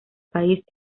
país